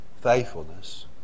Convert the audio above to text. faithfulness